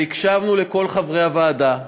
והקשבנו לכל חברי הוועדה.